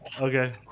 Okay